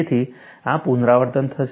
તેથી આ પુનરાવર્તન થશે